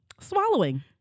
Swallowing